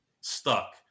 stuck